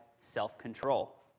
self-control